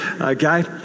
okay